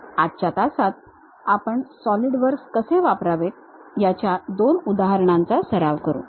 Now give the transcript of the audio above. आजच्या तासात आपण सॉलिडवर्क्स कसे वापरावेत याच्या दोन उदाहरणांचा सराव करू